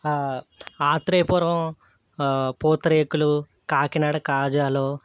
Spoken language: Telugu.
ఆత్రేయపురం పూతరేకులు కాకినాడ కాజాలు